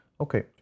Okay